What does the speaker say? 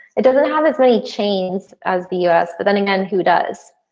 it doesn't have as many chains as the us but then again, who does.